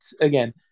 Again